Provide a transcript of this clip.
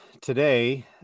today